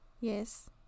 yes